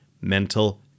mental